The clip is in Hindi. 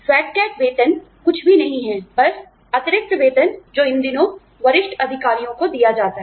फैट कैट वेतन कुछ भी नहीं है बस अतिरिक्त वेतन जो इन दिनों वरिष्ठ अधिकारियों को दिया जाता है